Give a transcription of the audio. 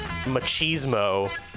machismo